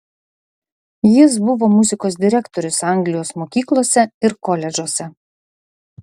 jis buvo muzikos direktorius anglijos mokyklose ir koledžuose